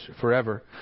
forever